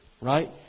Right